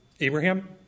Abraham